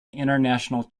international